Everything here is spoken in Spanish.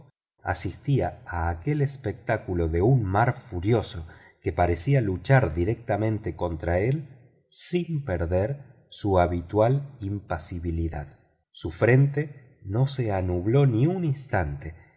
asistía a aquel espectáculo de un mar furioso que parecía luchar directamente contra él sin perder su habitual impasibilidad su frente no se nubló ni un instante